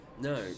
No